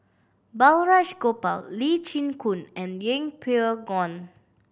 Balraj Gopal Lee Chin Koon and Yeng Pway Ngon